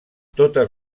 totes